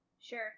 Sure